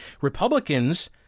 Republicans